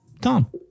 Tom